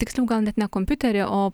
tiksliau gal net ne kompiuterį o